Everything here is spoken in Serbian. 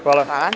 Hvala.